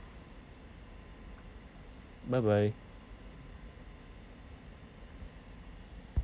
bye bye